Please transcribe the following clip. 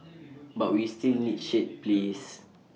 but we still need shade please